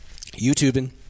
YouTubing